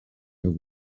are